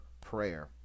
prayer